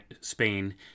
Spain